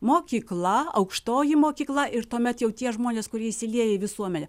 mokykla aukštoji mokykla ir tuomet jau tie žmonės kurie įsilieja į visuomenę